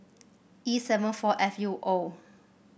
E seven four F U O